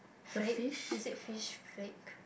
freak isn't fish freak